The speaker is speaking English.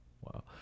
Wow